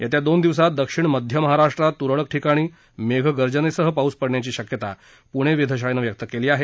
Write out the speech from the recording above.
येत्या दोन दिवसात दक्षिण मध्य महाराष्ट्रात तुरळक ठिकाणी मेघगर्जनेसह पाऊस पडण्याची शक्यता पुणे वेधशाळेनं व्यक्त केली आहे